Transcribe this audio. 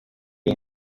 iyi